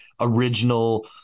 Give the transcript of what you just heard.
original